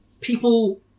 people